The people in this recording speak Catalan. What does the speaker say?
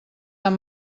tan